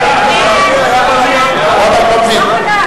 לא חייב, למה,